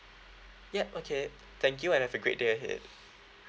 ya okay thank you and have a great day ahead